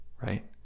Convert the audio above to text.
Right